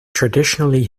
traditionally